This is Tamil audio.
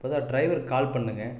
இப்போ தான் டிரைவருக்கு கால் பண்ணேங்க